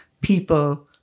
people